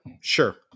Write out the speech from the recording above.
Sure